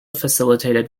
facilitated